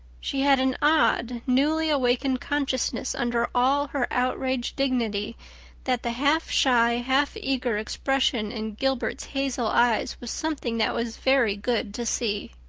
she had an odd, newly awakened consciousness under all her outraged dignity that the half-shy, half-eager expression in gilbert's hazel eyes was something that was very good to see.